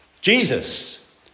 Jesus